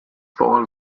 four